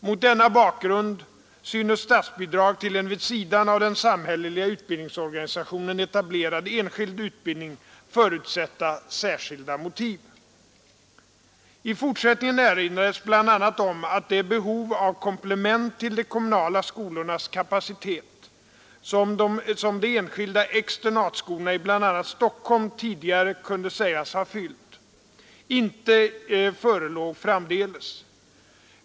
Mot denna bakgrund synes statsbidrag till en vid sidan av den samhälleliga utbildningsorganisationen etablerad enskild utbildning förutsätta särskilda motiv.” I fortsättningen erinrades bl.a. om att det behov av komplement till de kommunala skolornas kapacitet som de enskilda externatskolorna i bl.a. Stockholm tidigare kunde sägas ha fyllt inte förelåg framdeles.